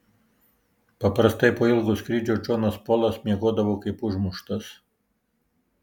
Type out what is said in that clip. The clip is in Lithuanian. paprastai po ilgo skrydžio džonas polas miegodavo kaip užmuštas